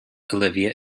olivia